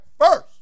first